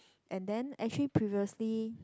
and then actually previously